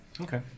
Okay